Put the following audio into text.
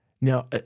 Now